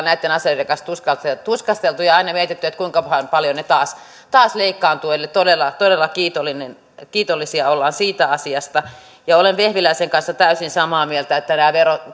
näitten asioiden kanssa tuskasteltu ja aina mietitty että kuinkahan paljon ne taas taas leikkaantuvat eli todella todella kiitollisia ollaan siitä asiasta olen vehviläisen kanssa täysin samaa mieltä että nämä